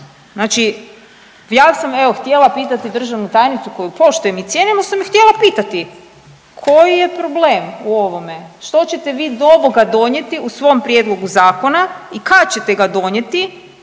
Znači ja sam evo htjela pitati državnu tajnicu koju poštujem i cijenim sam ju htjela pitati koji je problem u ovome? Što ćete vi do ovoga donijeti u svom prijedlogu zakona i kad ćete ga donijeti